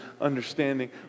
understanding